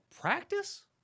practice